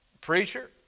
Preacher